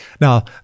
Now